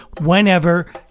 whenever